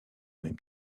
même